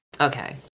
okay